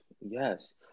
Yes